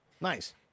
nice